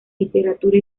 literatura